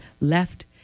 left